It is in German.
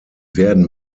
werden